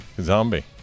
zombie